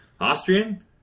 Austrian